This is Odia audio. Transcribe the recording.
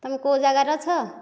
ତୁମେ କେଉଁ ଜାଗାରେ ଅଛ